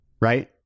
right